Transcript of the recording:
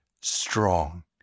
strong